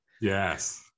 yes